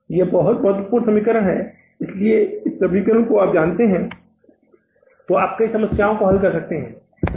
यह बहुत महत्वपूर्ण समीकरण है यदि इस समीकरण को आप जानते हैं तो आप कई समस्याओं को हल कर सकते हैं